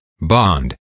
bond